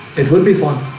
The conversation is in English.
it would be fun